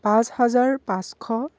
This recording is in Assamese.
পাঁচ হাজাৰ পাঁচশ